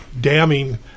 damning